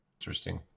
interesting